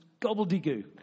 gobbledygook